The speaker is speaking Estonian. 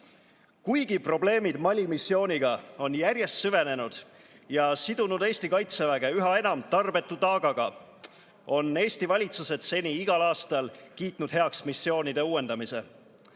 Kuigi probleemid Mali missiooniga on järjest süvenenud ja sidunud Eesti kaitseväge üha enam tarbetu taagaga, on Eesti valitsused seni igal aastal kiitnud heaks missioonide uuendamise.